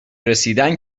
رسیدن